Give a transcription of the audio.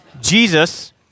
Jesus